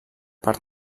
per